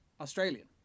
Australian